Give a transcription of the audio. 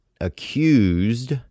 accused